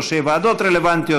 ראשי ועדות רלוונטיות,